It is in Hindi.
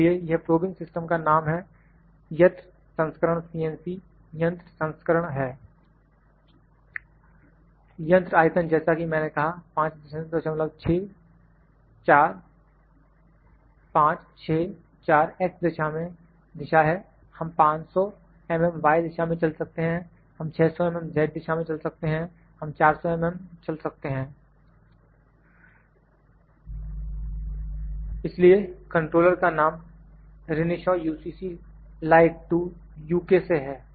इसलिए यह प्रॉबिंग सिस्टम का नाम है यंत्र संस्करण CNC यंत्र संस्करण है यंत्र आयतन जैसा कि मैंने कहा 56 4 5 6 4 X दिशा है हम 500 mm Y दिशा में चल सकते हैं हम 600 mm Z दिशा में चल सकते हैं हम 400 mm चल सकते हैं इसीलिए कंट्रोलर का नाम Renishaw UCC lite 2 U K से है